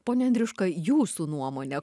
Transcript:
pone andriuška jūsų nuomone